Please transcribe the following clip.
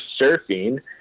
surfing